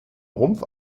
rumpf